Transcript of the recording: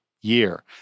year